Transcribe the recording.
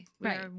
Right